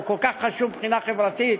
הוא כל כך חשוב מבחינה חברתית,